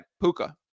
Puka